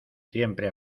siempre